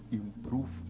improve